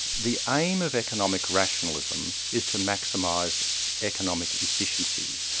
the aim of economic rationalism is to maximise economic efficiency.